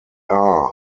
are